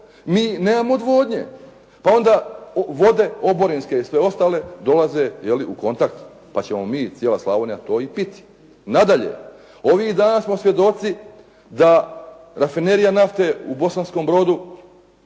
mi nemamo odvodnje, pa onda vode oborinske i sve ostale dolaze u kontakt pa ćemo mi i cijela Slavonija to i piti. Nadalje, ovih dana smo svjedoci da rafinerija nafte u Bosanskom Brodu